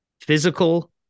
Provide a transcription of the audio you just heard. physical